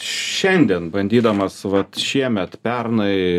šiandien bandydamas vat šiemet pernai